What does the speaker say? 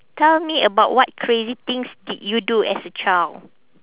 tell me about what crazy things did you do as a child